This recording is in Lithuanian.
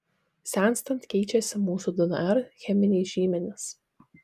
senstant keičiasi mūsų dnr cheminiai žymenys